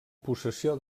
possessió